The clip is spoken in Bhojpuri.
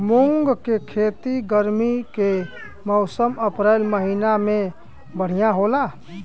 मुंग के खेती गर्मी के मौसम अप्रैल महीना में बढ़ियां होला?